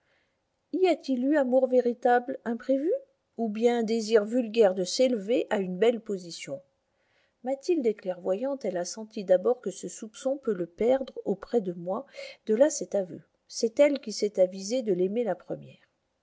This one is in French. y a-t-il eu amour véritable imprévu ou bien désir vulgaire de s'élever à une belle position mathilde est clairvoyante elle a senti d'abord que ce soupçon peut le perdre auprès de moi de là cet aveu c'est elle qui s'est avisée de l'aimer la première